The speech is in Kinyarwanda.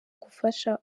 gufasha